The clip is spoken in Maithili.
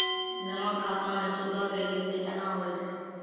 जमा खाता मे सूदो के गिनती केना होय छै?